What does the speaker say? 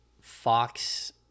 Fox